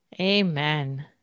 Amen